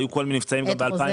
היו כל מיני מבצעים גם ב-2012,